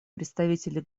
представители